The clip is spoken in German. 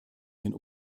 den